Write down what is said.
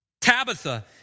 Tabitha